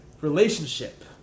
relationship